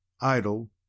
idle